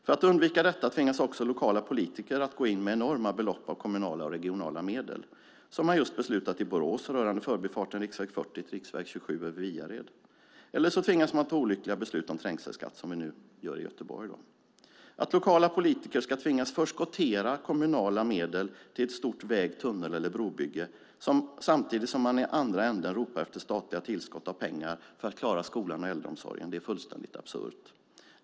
För att undvika detta tvingas också lokala politiker att gå in med enorma belopp av kommunala eller regionala medel, som man just har beslutat i Borås rörande förbifarten riksväg 40 till riksväg 27 över Viared. Eller också tvingas man ta olyckliga beslut om trängselskatt, som vi nu gör i Göteborg. Att lokala politiker ska tvingas förskottera kommunala medel till ett stort väg-, tunnel eller brobygge samtidigt som man i andra änden ropar efter statliga tillskott av pengar för att klara skolan och äldreomsorgen är fullständigt absurt.